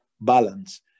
balance